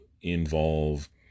involve